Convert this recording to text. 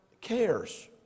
cares